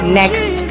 next